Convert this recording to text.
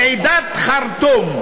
ועידת חרטום.